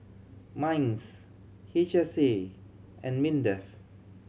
MINDS H S A and MINDEF